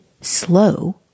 slow